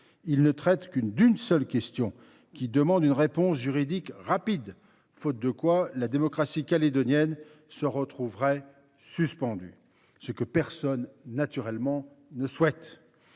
il ne traite que d’une seule question, qui demande une réponse juridique rapide, faute de quoi la démocratie calédonienne se retrouverait suspendue, ce que personne ne souhaite.